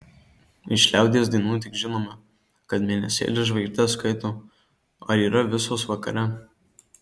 iš liaudies dainų tik žinome kad mėnesėlis žvaigždes skaito ar yra visos vakare